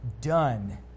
done